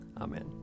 Amen